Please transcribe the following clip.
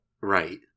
Right